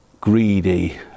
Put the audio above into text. greedy